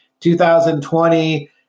2020